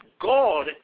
God